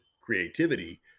creativity